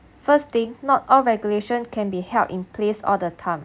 first thing not all regulation can be held in place all the time